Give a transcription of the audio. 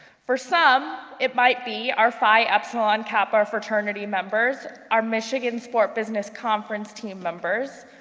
for some, it might be our phi epsilon kappa fraternity members, our michigan sport business conference team members,